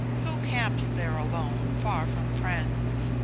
who camps there alone, far from friends?